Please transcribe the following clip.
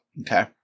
Okay